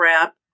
wrap